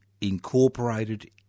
incorporated